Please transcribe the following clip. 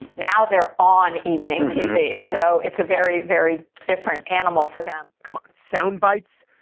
now they're on evening tv. so it's a very, very different animal for them come on, soundbites.